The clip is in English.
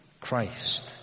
Christ